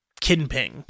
Kinping